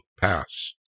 pass